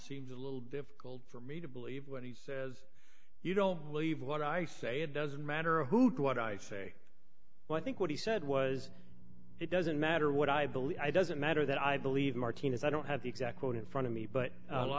seems a little difficult for me to believe what he says you don't believe what i say it doesn't matter a hoot what i say well i think what he said was it doesn't matter what i believe i doesn't matter that i believe martinez i don't have the exact quote in front of me but